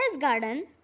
garden